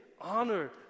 honor